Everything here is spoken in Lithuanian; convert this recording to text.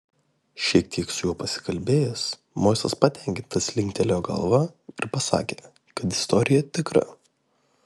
šiek tiek su juo pasikalbėjęs moisas patenkintas linktelėjo galva ir pasakė kad istorija tikra